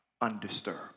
undisturbed